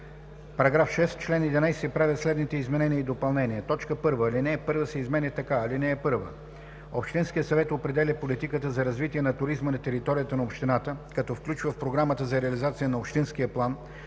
§ 6: „§ 6. В чл. 11 се правят следните изменения и допълнения: 1. Алинея 1 се изменя така: „(1) Общинският съвет определя политиката за развитие на туризма на територията на общината, като включва в програмата за реализация на общинския план